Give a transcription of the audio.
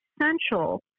essential